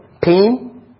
pain